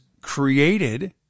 created